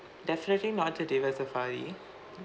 definitely not the river safari